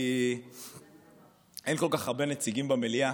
כי אין כל כך הרבה נציגים במליאה.